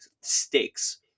stakes